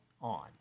on